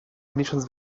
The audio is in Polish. miesiąc